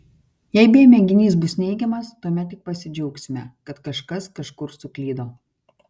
jei b mėginys bus neigiamas tuomet tik pasidžiaugsime kad kažkas kažkur suklydo